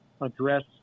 address